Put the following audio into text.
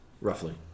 roughly